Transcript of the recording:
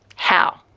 how?